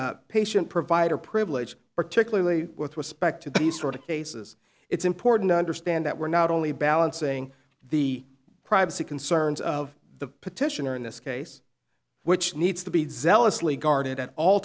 and patient provider privilege particularly with respect to these sort of cases it's important to understand that we're not only balancing the privacy concerns of the petitioner in this case which needs to be zealously guarded at all